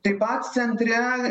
taip pat centre